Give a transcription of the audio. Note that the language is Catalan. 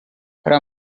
però